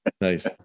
Nice